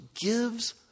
gives